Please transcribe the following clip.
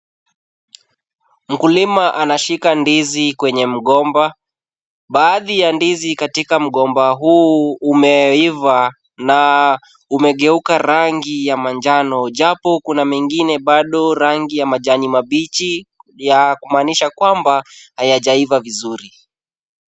Mkulima anashika ndizi kwenye mgomba. Baadhi ya ndizi katika mgomba huu umeiva na umegeuka rangi ya manjano, japo kuna mengine bado rangi ya majani mabichi ya kumaanisha kwamba hayajaiva vizuri.